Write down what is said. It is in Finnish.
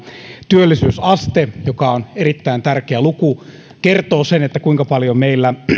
työllisyysaste joka on erittäin tärkeä luku ja kertoo sen kuinka moni meillä